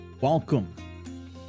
welcome